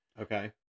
Okay